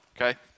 okay